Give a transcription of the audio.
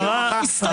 הסתיים.